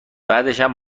بعدشم